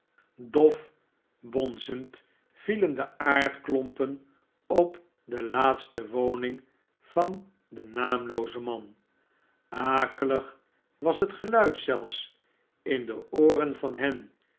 dof bonzend vielen de aardklompen op de laatste woning van dezen naamloozen man akelig was het geluid zelfs in de ooren van hen